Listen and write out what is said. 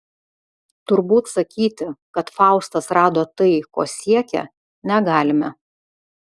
turbūt sakyti kad faustas rado tai ko siekė negalime